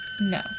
No